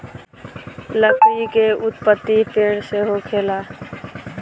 लकड़ी के उत्पति पेड़ से होखेला